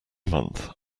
month